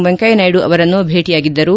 ವೆಂಕಯ್ಲನಾಯ್ಡು ಅವರನ್ನು ಭೇಟಿಯಾಗಿದ್ದರು